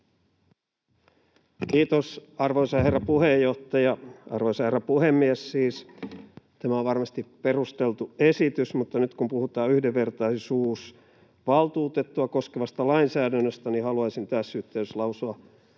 Kiitos, arvoisa herra puhemies! Tämä on varmasti perusteltu esitys, mutta nyt kun puhutaan yhdenvertaisuusvaltuutettua koskevasta lainsäädännöstä, niin haluaisin tässä yhteydessä lausua